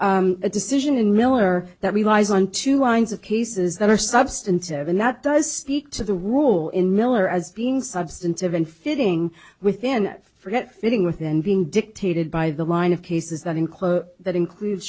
have a decision in miller that relies on two winds of cases that are substantive and that does speak to the rule in miller as being substantive and fitting within forget fitting within being dictated by the line of cases that include that includes